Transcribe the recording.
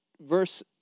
verse